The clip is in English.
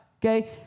Okay